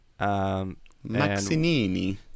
Maxinini